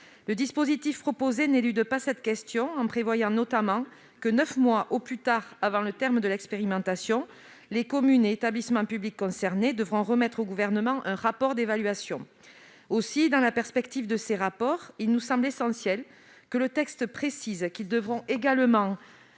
Le dispositif proposé n'élude pas cette question en prévoyant notamment que, neuf mois au plus tard avant le terme de l'expérimentation, les communes et établissements publics concernés devront remettre au Gouvernement un rapport d'évaluation. Aussi, dans la perspective de ces rapports, il nous semble essentiel que le texte précise qu'ils devront également